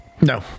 No